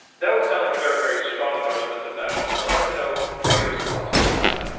that would sound like a very, very strong endorsement of nationalism. i like to know what your response is to that.